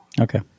okay